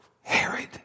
Herod